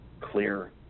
clear